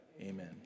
Amen